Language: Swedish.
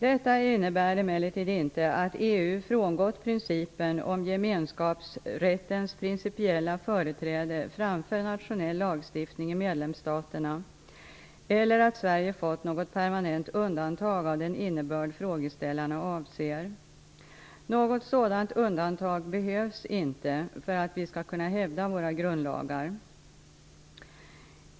Detta innebär emellertid inte att EU frångått principen om gemenskapsrättens principiella företräde framför nationell lagstiftning i medlemsstaterna eller att Sverige fått något permanent undantag av den innebörd frågeställarna avser. Något sådant undantag behövs inte för att vi skall kunna hävda våra grundlagar.